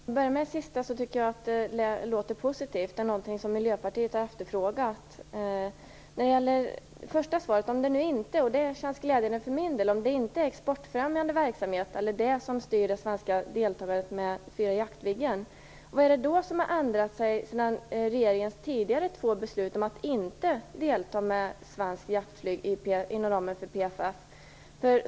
Fru talman! För att börja med det sista tycker jag att det låter positivt. Detta är någonting som Miljöpartiet har efterfrågat. Tydligen är det alltså inte exportfrämjande verksamhet som styr det svenska deltagandet med fyra jaktviggar, vilket känns glädjande för min del. Men vad är det då som har ändrat sig sedan regeringens tidigare två beslut om att inte delta med svenskt jaktflyg inom ramen för PFF?